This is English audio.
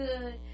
good